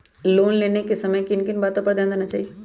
Loan लेने के समय किन किन वातो पर ध्यान देना चाहिए?